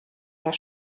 der